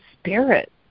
spirit